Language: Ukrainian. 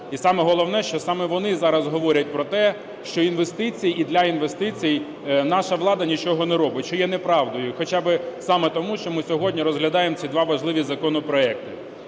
І саме головне, що саме вони зараз говорять про те, що інвестиції і для інвестицій наша влада нічого не робить, що є неправдою, хоча би саме тому, що ми сьогодні розглядаємо ці два важливі законопроекти.